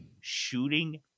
shooting